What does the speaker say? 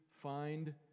find